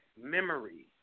memory